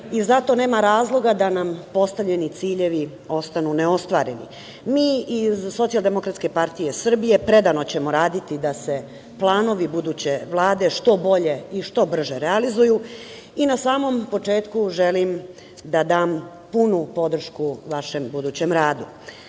i zato nema razloga da nam postavljeni ciljevi ostanu ne ostvareni. Mi iz SDPS predano ćemo raditi da se planovi buduće Vlade što bolje i brže realizuju i na samom početku želim da dam punu podršku vašem budućem radu. Kao